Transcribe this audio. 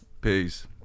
Peace